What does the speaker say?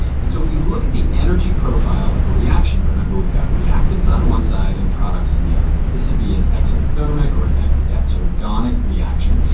and so if we look at the energy profile of a reaction remember we've got reactants on one side and products on the other. this would be an exothermic or an exergonic reaction.